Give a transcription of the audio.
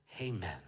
Amen